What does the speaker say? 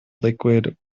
liquid